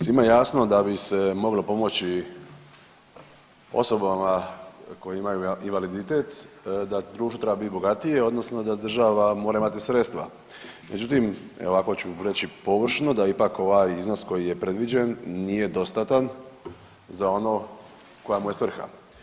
Svima je jasno da bi se moglo pomoći osobama koje imaju invaliditet da društvo treba biti bogatije odnosno da država mora imati sredstva, međutim evo ovako ću reći površno da ipak ovaj iznos koji je predviđen nije dostatan za ono koja mu je svrha.